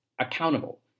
accountable